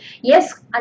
Yes